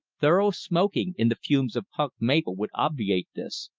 thorough smoking in the fumes of punk maple would obviate this,